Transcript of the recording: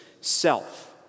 self